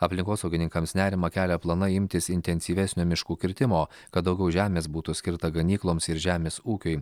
aplinkosaugininkams nerimą kelia planai imtis intensyvesnio miškų kirtimo kad daugiau žemės būtų skirta ganykloms ir žemės ūkiui